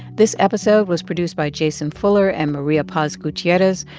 this episode was produced by jason fuller and maria paz gutierrez.